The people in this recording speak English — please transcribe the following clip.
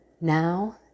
now